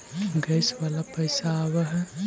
Gas वाला पैसा आव है?